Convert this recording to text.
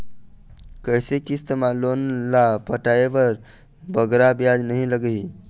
कइसे किस्त मा लोन ला पटाए बर बगरा ब्याज नहीं लगही?